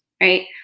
right